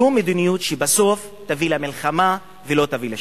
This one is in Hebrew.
זו מדיניות שבסוף תביא למלחמה ולא תביא לשלום.